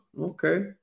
Okay